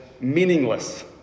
meaningless